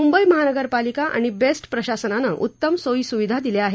मुंबई महानगर पालिका आणि बेस्ट प्रशासनानं उत्तम सोयी सुविधा दिल्या आहेत